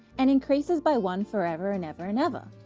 and increases by one forever and ever and ever.